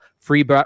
free